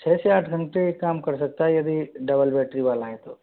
छः से आठ घंटे काम कर सकता है यदि डबल बैटरी वाला है तो